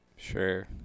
Sure